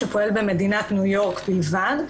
שפועל במדינת ניו יורק בלבד,